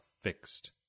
fixed